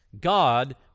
God